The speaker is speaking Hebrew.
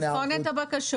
צריך לבחון את הבקשות,